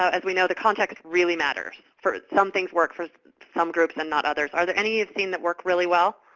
so as we know, the context really matters. some things work for some groups and not others. are there any you've seen that work really well,